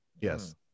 Yes